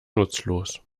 nutzlos